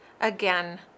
Again